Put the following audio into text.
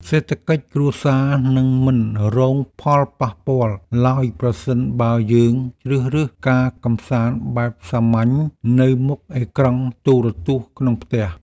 សេដ្ឋកិច្ចគ្រួសារនឹងមិនរងផលប៉ះពាល់ឡើយប្រសិនបើយើងជ្រើសរើសការកម្សាន្តបែបសាមញ្ញនៅមុខអេក្រង់ទូរទស្សន៍ក្នុងផ្ទះ។